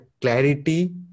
clarity